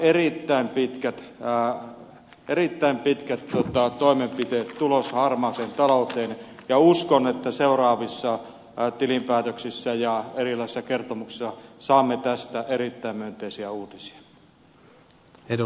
eli täällä on erittäin pitkät toimenpiteet tulossa harmaaseen talouteen ja uskon että seuraavissa tilinpäätöksissä ja erilaisissa kertomuksissa saamme tästä erittäin myönteisiä uutisia